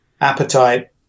appetite